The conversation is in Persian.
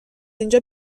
اینجا